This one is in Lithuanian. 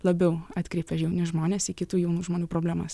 labiau atkreipia jauni žmonės kitų jaunų žmonių problemas